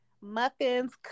muffins